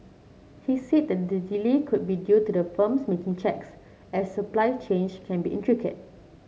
he said the delay could be due to the firms making checks as supply chains can be intricate